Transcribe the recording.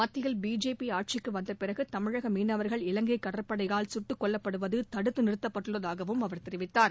மத்தியில் பிஜேபி ஆட்சிக்கு வந்த பிறகு தமிழக மீனவர்கள் இலங்கை கடற்படையால் சுட்டுக் கொல்லப்படுவது தடுத்து நிறுத்தப்பட்டுள்ளதாகவும் அவர் தெரிவித்தார்